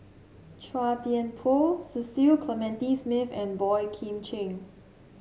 Chua Thian Poh Cecil Clementi Smith and Boey Kim Cheng